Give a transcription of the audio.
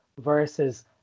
versus